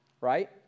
Right